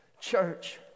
Church